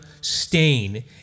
stain